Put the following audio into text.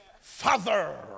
Father